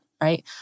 right